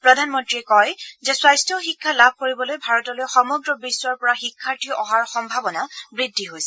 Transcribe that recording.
প্ৰধানমন্ত্ৰীয়ে কয় যে স্বাস্য শিক্ষা লাভ কৰিবলৈ ভাৰতলৈ সমগ্ৰ বিশ্বৰ পৰা শিক্ষাৰ্থী অহাৰ সম্ভাৱনা বৃদ্ধি হৈছে